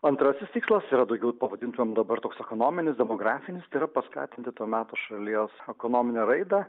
antrasis tikslas yra daugiau pavadintumėm dabar toks ekonominis demografinis tai yra paskatinti to meto šalies ekonominę raidą